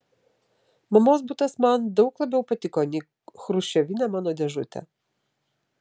mamos butas man daug labiau patiko nei chruščiovinė mano dėžutė